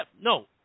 No